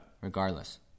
regardless